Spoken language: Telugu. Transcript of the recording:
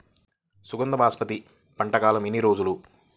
సుగంధ బాసుమతి పంట కాలం ఎన్ని రోజులు?